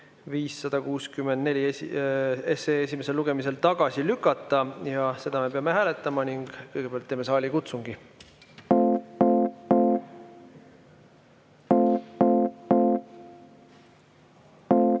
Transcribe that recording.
564 esimesel lugemisel tagasi lükata. Seda me peame hääletama ning kõigepealt teeme saalikutsungi. Head